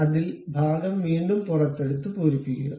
അതിൽ ഭാഗം വീണ്ടും പുറത്തെടുത്ത് പൂരിപ്പിക്കുക